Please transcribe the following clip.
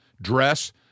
dress